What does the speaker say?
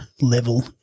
level